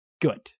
good